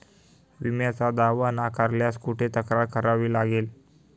विम्याचा दावा नाकारल्यास कुठे तक्रार करावी लागेल?